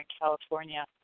California